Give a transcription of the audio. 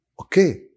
Okay